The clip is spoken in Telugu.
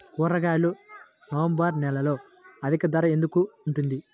కూరగాయలు నవంబర్ నెలలో అధిక ధర ఎందుకు ఉంటుంది?